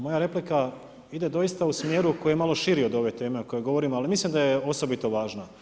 Moja replika ide doista u smjeru koja je malo širi od ove teme o kojoj govorimo, ali mislim da je osobito važna.